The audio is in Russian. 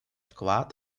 вклад